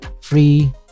free